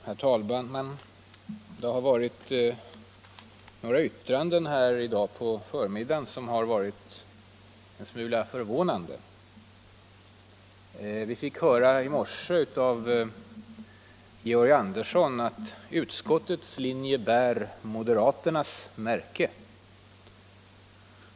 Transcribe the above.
Herr talman! Det har fällts några yttranden här i dag som varit förvånande. Vi fick höra i morse av herr Andersson i Lycksele att utskottets linje är av ”moderaternas märke”.